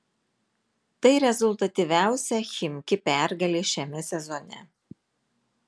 tai rezultatyviausia chimki pergalė šiame sezone